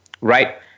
Right